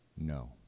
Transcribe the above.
no